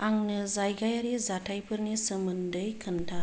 आंनो जायगायारि जाथायफोरनि सोमोन्दै खोनथा